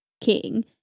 King